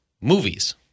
movies